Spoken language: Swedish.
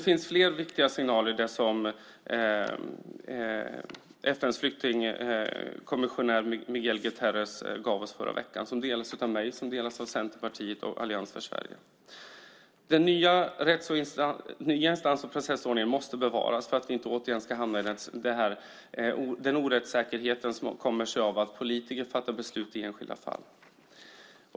FN:s flyktingkommissionär António Guterres gav oss fler viktiga signaler i förra veckan. De delas av mig, av Centerpartiet och av Allians för Sverige. Den nya process och instansordningen måste bevaras för att vi inte återigen ska hamna i den rättsosäkerhet som kommer sig av att politiker fattar beslut i enskilda fall.